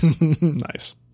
Nice